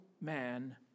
man